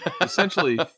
Essentially